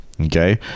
okay